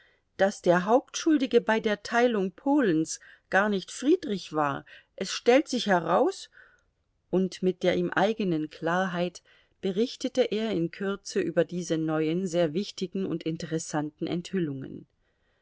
daß der hauptschuldige bei der teilung polens gar nicht friedrich war es stellt sich heraus und mit der ihm eigenen klarheit berichtete er in kürze über diese neuen sehr wichtigen und interessanten enthüllungen